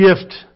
gift